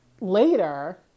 later